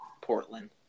Portland